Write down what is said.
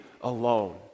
alone